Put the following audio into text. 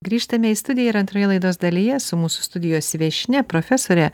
grįžtame į studiją ir antroje laidos dalyje su mūsų studijos viešnia profesore